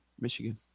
Michigan